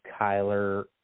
Kyler